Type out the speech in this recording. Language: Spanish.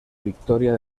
victoria